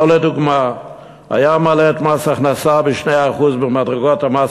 או לדוגמה היה מעלה את מס ההכנסה ב-2% במדרגות המס